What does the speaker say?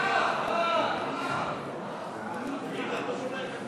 העבודה להביע אי-אמון בממשלה לא נתקבלה.